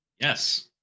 Yes